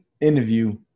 interview